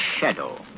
shadow